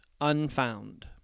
Unfound